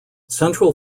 central